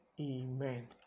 amen